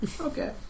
Okay